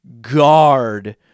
Guard